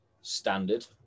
standard